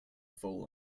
full